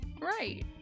Right